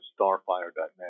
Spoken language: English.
starfire.net